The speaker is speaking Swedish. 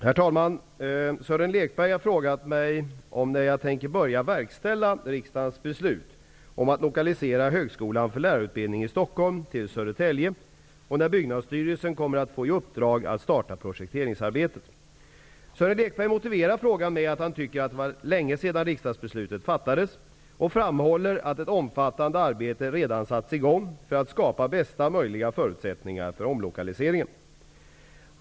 Herr talman! Sören Lekberg har frågat mig när jag tänker börja verkställa riksdagens beslut om att lokalisera Högskolan för lärarutbildning i Byggnadsstyrelsen kommer att få i uppdrag att starta projekteringsarbetet. Sören Lekberg motiverar frågan med att han tycker att det var länge sedan riksdagsbeslutet fattades och framhåller att ett omfattande arbete redan satts i gång för att skapa bästa möjliga förutsättningar för omlokaliseringen.